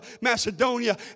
Macedonia